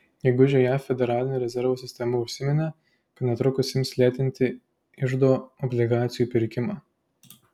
gegužę jav federalinė rezervų sistema užsiminė kad netrukus ims lėtinti iždo obligacijų pirkimą